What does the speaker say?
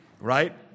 right